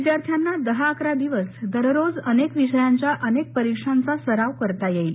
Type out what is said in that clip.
विद्यार्थ्यांना दहा अकरा दिवस दररोज अनेक विषयांच्या अनेक परीक्षांचा सराव करता येईल